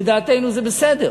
לדעתנו זה בסדר.